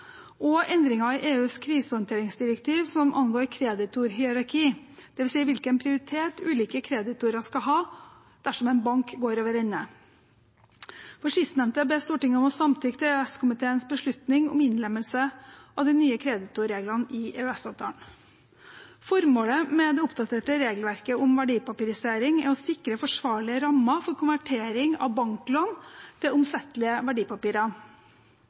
og endringer i EUs krisehåndteringsdirektiv som angår kreditorhierarki, dvs. hvilken prioritet ulike kreditorer skal ha dersom en bank går over ende. For sistnevnte ber Stortinget om å samtykke til EØS-komiteens beslutning om innlemmelse av de nye kreditorreglene i EØS-avtalen. Formålet med det oppdaterte regelverket om verdipapirisering er å sikre forsvarlige rammer for konvertering av banklån til omsettelige verdipapirer.